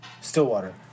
Stillwater